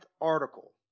article